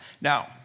Now